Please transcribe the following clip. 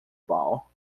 bow